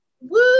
woo